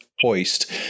hoist